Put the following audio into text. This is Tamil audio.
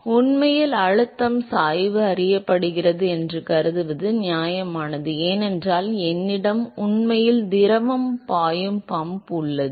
எனவே உண்மையில் அழுத்தம் சாய்வு அறியப்படுகிறது என்று கருதுவது நியாயமானது ஏனென்றால் என்னிடம் உண்மையில் திரவம் பாயும் பம்ப் உள்ளது